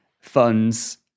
funds